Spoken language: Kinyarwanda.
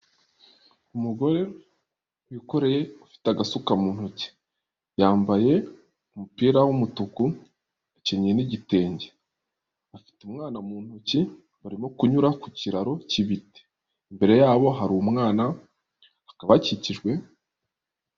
Umugore wikoreye ufite agasuka mu ntoki, yambaye umupira w'umutuku akenyeye n'igitenge, afite umwana mu ntoki barimo kunyura ku kiraro k'ibiti, imbere yabo hari umwana hakaba hakikijwe.